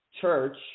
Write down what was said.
church